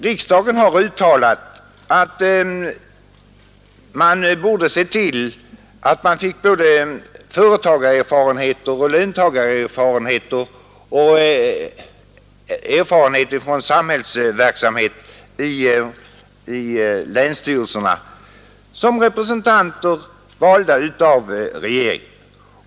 Riksdagen har uttalat att man borde se till att regeringen i länsstyrelserna placerar sådana representanter för företagare och löntagare, som har erfarenhet från samhällsverksamhet.